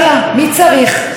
תושבי הצפון.